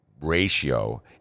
ratio